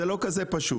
זה לא כזה פשוט.